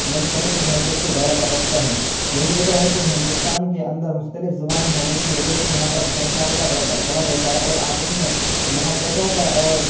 منفرد حیثیت کو برقرار رکھتا ہے یہی وجہ ہے کہ ہندوستان کے اندر مختلف زبان ہونے کی وجہ سے یہاں پر بھائی چارگی بڑھا بڑھا رہتا ہے اور آپس میں محبتوں کا اور